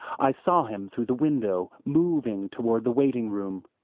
i saw him through the window, moving toward the waiting-room.